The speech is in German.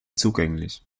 zugänglich